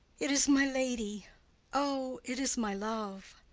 it is my lady o, it is my love!